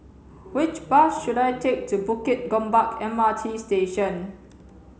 which bus should I take to Bukit Gombak M R T Station